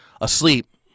asleep